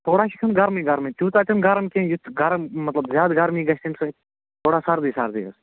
تھوڑا حظ چھُ کھیوٚن گرمٕے گرمٕے تیوٗتاہ تہِ نہٕ گَرم کیٚنٛہہ یُتھ گرم مطلب زیادٕ گرمی گژھِ تَمہِ سۭتۍ تھوڑا سردٕے سردٕے حظ